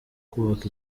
kubaka